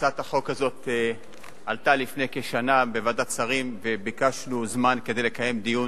הצעת החוק הזאת עלתה לפני כשנה בוועדת שרים וביקשנו זמן כדי לקיים דיון,